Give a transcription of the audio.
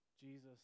Jesus